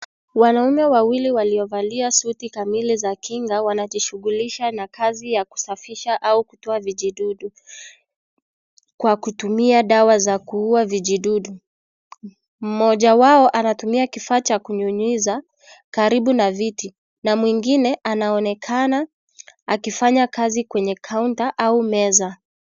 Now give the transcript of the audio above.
Wanaume wawili waliovalia suti kamili za kinga wanajishughulisha na kazi ya kusafisha au kutoa vijidudu. Kwa kutumia dawa za kuua vijidudu. Moja wao anatumia kifaa cha kunyunyiza karibu na viti, na mwingine anaonekana akifanya kazi kwenye kaunta au meza.